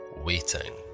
waiting